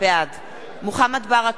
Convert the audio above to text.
בעד מוחמד ברכה,